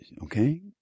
okay